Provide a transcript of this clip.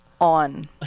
on